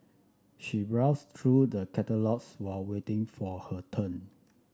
she browsed through the catalogues while waiting for her turn